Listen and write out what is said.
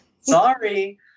sorry